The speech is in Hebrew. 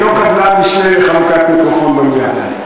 אני לא קבלן משנה לחלוקת מיקרופון במליאה.